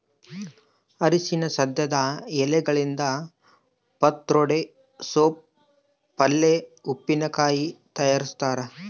ಅರಿಶಿನ ಸಸ್ಯದ ಎಲೆಗಳಿಂದ ಪತ್ರೊಡೆ ಸೋಪ್ ಪಲ್ಯೆ ಉಪ್ಪಿನಕಾಯಿ ತಯಾರಿಸ್ತಾರ